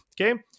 Okay